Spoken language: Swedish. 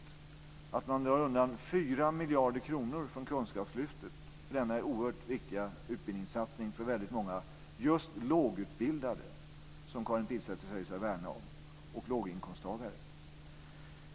Man vill dra undan 4 miljarder kronor från denna oerhört viktiga utbildningssatsning för väldigt många lågutbildade, som Karin Pilsäter säger sig värna om, och låginkomsttagare.